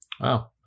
Wow